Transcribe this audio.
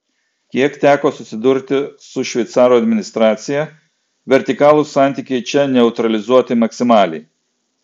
kiek teko susidurti su šveicarų administracija vertikalūs santykiai čia neutralizuoti maksimaliai